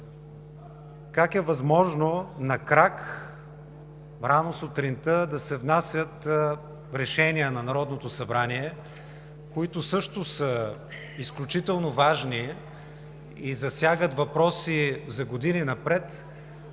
Как е възможно на крак, рано сутринта да се внасят решения на Народното събрание, които също са изключително важни и засягат въпроси за години напред,